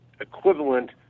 equivalent